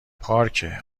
پارکه